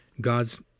God's